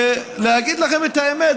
ולהגיד לכם את האמת,